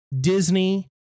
Disney